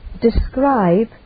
describe